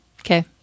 Okay